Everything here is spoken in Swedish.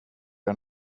jag